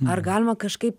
ar galima kažkaip